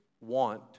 want